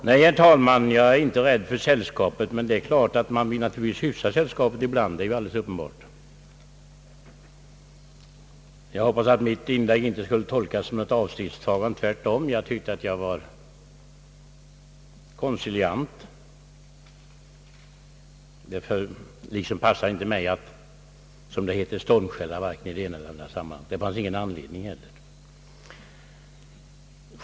Nej, herr talman, jag är inte rädd för sällskapet, men det är klart att man vill hyfsa sällskapet litet ibland, det är alldeles uppenbart. Jag hoppas att mitt inlägg inte skall tolkas som ett avståndstagande; jag tyckte tvärtom att jag var konciliant. Det liksom passar mig inte att, som det heter, stormskälla vare sig i det ena eller det andra sammanhanget, och det fanns dessutom ingen anledning till det här.